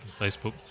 Facebook